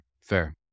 fair